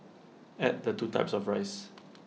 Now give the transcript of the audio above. add the two types of rice